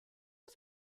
was